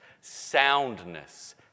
soundness